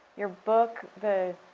your book, the